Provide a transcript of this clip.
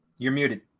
you're muted.